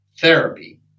therapy